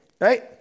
right